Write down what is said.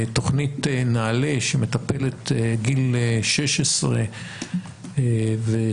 תכנית נעל"ה שמטפלת בגיל 16 וצפונה,